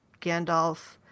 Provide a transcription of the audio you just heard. Gandalf